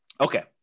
Okay